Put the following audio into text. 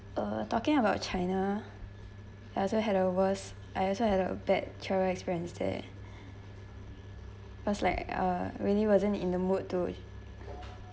uh talking about china I also had a worse I also had a bad travel experience there because like uh really wasn't in the mood to